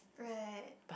right